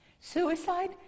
Suicide